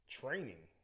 training